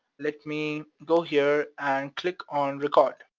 let me go here and click on record.